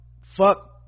fuck